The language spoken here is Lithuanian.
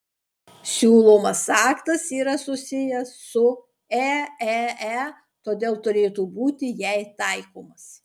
siūlomas aktas yra susijęs su eee todėl turėtų būti jai taikomas